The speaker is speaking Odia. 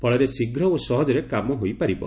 ଫଳରେ ଶୀଘ୍ର ଓ ସହଜରେ କାମ ହୋଇପାରିବ